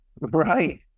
Right